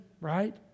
right